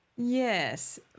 Yes